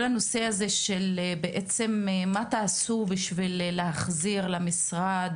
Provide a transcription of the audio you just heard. כל הנושא הזה של מה תעשו בשביל להחזיר למשרד,